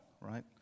right